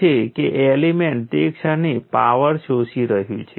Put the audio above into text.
છેલ્લે નેગેટિવ માટે I અને પાવરને શોષી લે છે